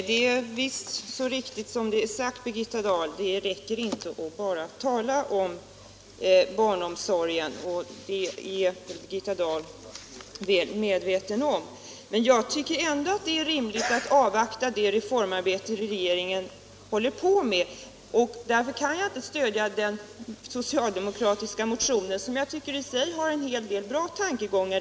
Herr talman! Det är så riktigt som det är sagt, att det räcker inte att bara tala om barnomsorgen, och det är Birgitta Dahl väl medveten om. Men jag tycker ändå att det är rimligt att avvakta det reformarbete regeringen håller på med, och därför kan jag inte stödja den socialdemokratiska motionen, som jag tycker i och för sig innehåller en hel del bra tankegångar.